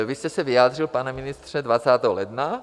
Vy jste se vyjádřil, pane ministře, 20. ledna...